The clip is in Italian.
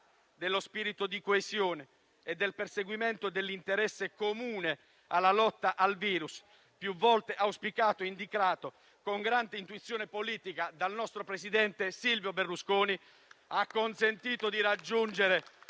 dello spirito di coesione e del perseguimento dell'interesse comune nella lotta al virus, più volte auspicato e indicato, con grande intuizione politica, dal nostro presidente Silvio Berlusconi, ha consentito di raggiungere